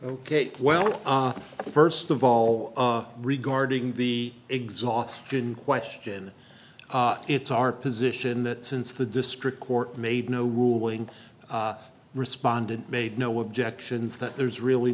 ok well first of all regarding the exhaustion question it's our position that since the district court made no ruling respondent made no objections that there's really